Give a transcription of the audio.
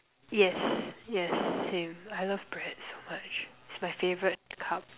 yes yes same I love bread so much it's my favourite carb